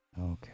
Okay